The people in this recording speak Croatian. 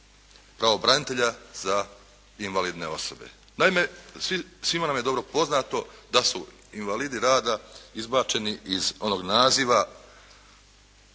kao branitelja za invalidne osobe. Naime, svima nam je dobro poznato da su invalidi rada izbačeni iz onog naziva